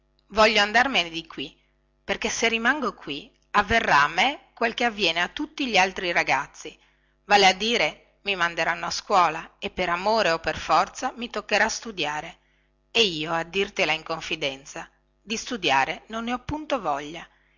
voglio andarmene di qui perché se rimango qui avverrà a me quel che avviene a tutti gli altri ragazzi vale a dire mi manderanno a scuola e per amore o per forza mi toccherà studiare e io a dirtela in confidenza di studiare non ne ho punto voglia